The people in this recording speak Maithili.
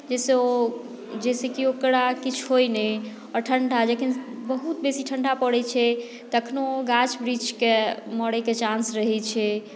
जाहिसँ ओ जाहिसँ कि ओकरा किछु होय नहि आओर ठण्डा जखन बहुत बेसी ठण्डा पड़ैत छै तखनहु गाछ वृक्षके मरयके चान्स रहैत छै